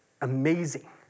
amazing